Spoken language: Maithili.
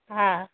हँ